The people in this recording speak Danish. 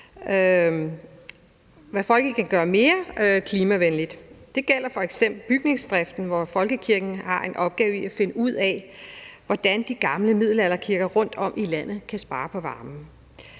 hvad den kan gøre mere klimavenligt. Det gælder f.eks. bygningsdriften, hvor folkekirken har en opgave i at finde ud af, hvordan de gamle middelalderkirker rundtom i landet kan spare på varmen.